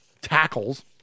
tackles